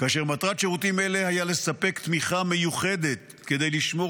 כאשר מטרת שירותים אלה לספק תמיכה מיוחדת כדי לשמור